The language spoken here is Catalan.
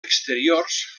exteriors